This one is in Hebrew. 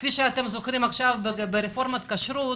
כפי שאתם זוכרים ברפורמת הכשרות